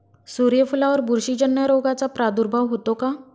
सूर्यफुलावर बुरशीजन्य रोगाचा प्रादुर्भाव होतो का?